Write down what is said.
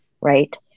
right